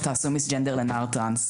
אתה עושה מיס-ג'נדר לנער טרנס.